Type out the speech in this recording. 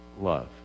love